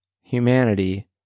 humanity